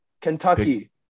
Kentucky